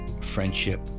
friendship